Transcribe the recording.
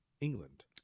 England